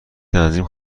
تنظیم